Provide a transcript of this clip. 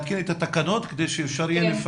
להתקין את התקנות כדי שאפשר יהיה ל- --?